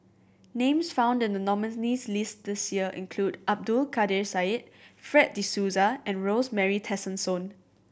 names found in the nominees' list this year include Abdul Kadir Syed Fred De Souza and Rosemary Tessensohn